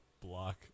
block